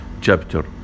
Chapter